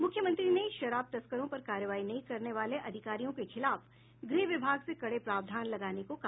मुख्यमंत्री ने शराब तस्करों पर कार्रवाई नहीं करने वाले अधिकारियों के खिलाफ गृह विभाग से कड़े प्रावधान लगाने को कहा